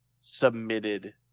submitted